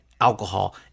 alcohol